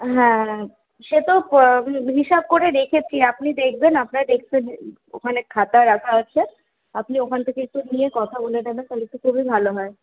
হ্যাঁ সে তো প হিসাব করে রেখেছি আপনি দেখবেন আপনার ডেস্কের ওখানে খাতা রাখা আছে আপনি ওখান থেকে একটু নিয়ে কথা বলে নেবেন তালে তো খুবই ভালো হয়